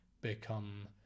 become